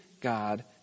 God